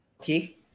Okay